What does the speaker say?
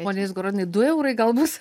pone izgorodinai du eurai gal bus